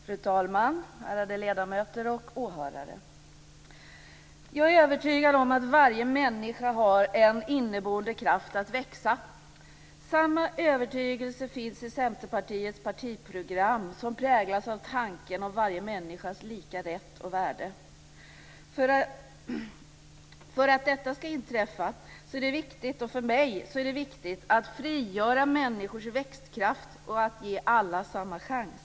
Fru talman! Ärade ledamöter och åhörare! Jag är övertygad om att varje människa har en inneboende kraft att växa. Samma övertygelse finns i Centerpartiets partiprogram som präglas av tanken om varje människas lika rätt och värde. För att detta ska inträffa är det viktigt att frigöra människors växtkraft och ge alla samma chans.